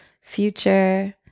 future